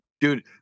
dude